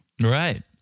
Right